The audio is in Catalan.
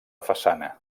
façana